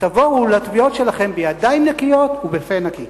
ותבואו לתביעות שלכם בידיים נקיות ובפה נקי.